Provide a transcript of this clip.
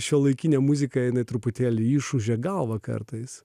šiuolaikinė muzika jinai truputėlį išūžia galvą kartais